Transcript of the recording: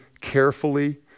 carefully